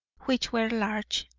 which were large,